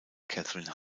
catherine